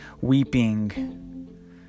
weeping